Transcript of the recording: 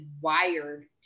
wired